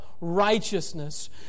righteousness